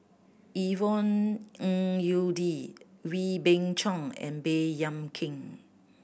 Yvonne Ng Uhde Wee Beng Chong and Baey Yam Keng